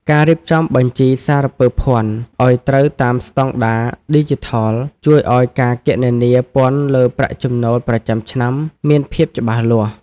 ការរៀបចំបញ្ជីសារពើភ័ណ្ឌឱ្យត្រូវតាមស្តង់ដារឌីជីថល ជួយឱ្យការគណនាពន្ធលើប្រាក់ចំណូលប្រចាំឆ្នាំមានភាពច្បាស់លាស់។